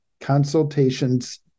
consultations